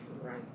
right